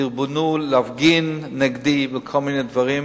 דרבנו להפגין נגדי בכל מיני דברים.